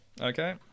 Okay